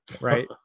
right